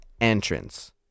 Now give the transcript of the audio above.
entrance